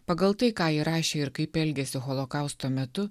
pagal tai ką ji rašė ir kaip elgėsi holokausto metu